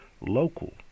local